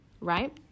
right